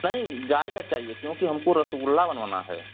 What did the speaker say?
नहीं गाय का चाहिए क्योंकि हमको रसगुल्ला बनवाना है